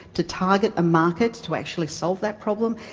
to target a market to actually solve that problem,